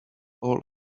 all